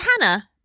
hannah